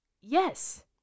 Yes